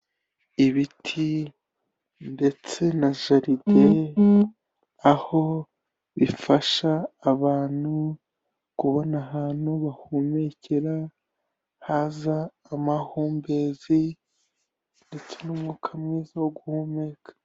Ibiti ndetse na jaride, aho bifasha abantu kubona ahantu bahumekera, haza amahumbezi, ndetse n'umwuka mwiza wo guhumeka.